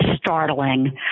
startling